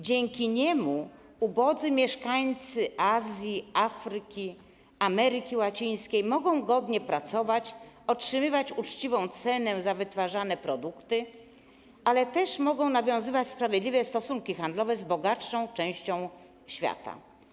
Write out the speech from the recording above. Dzięki niemu ubodzy mieszkańcy Azji, Afryki czy Ameryki Łacińskiej mogą godnie pracować, otrzymywać uczciwą cenę za wytwarzane produkty, ale mogą też nawiązywać sprawiedliwe stosunki handlowe z bogatszą częścią świata.